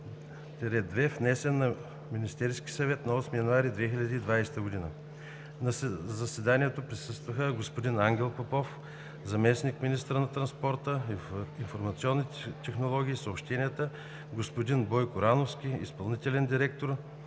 внесен от Министерския съвет на 8 януари 2020 г. На заседанието присъстваха: господин Ангел Попов – заместник-министър на транспорта, информационните технологии и съобщенията, господин Бойко Рановски – изпълнителен директор